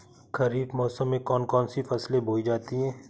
खरीफ मौसम में कौन कौन सी फसलें बोई जाती हैं?